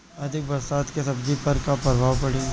अधिक बरसात के सब्जी पर का प्रभाव पड़ी?